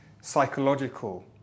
psychological